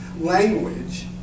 language